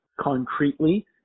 concretely